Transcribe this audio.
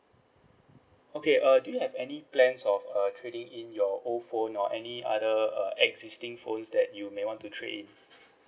okay uh do you have any plans of uh trading in your old phone or any other uh existing phones that you may want to trade in